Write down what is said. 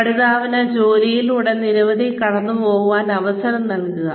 പഠിതാവിന് ജോലിയിലൂടെ നിരവധി തവണ കടന്നു പോകാൻ അവസരം നൽകുക